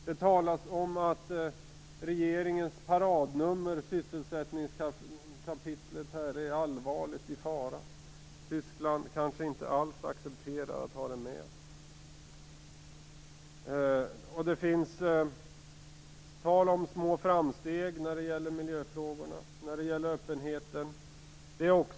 Det talas om att regeringens paradnummer - sysselsättningkapitlet - är i allvarlig fara. Tyskland kanske inte alls accepterar att ha det med. Det är tal om små framsteg när det gäller miljöfrågorna och öppenheten.